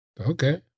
Okay